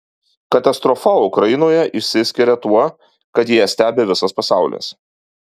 katastrofa ukrainoje išsiskiria tuo kad ją stebi visas pasaulis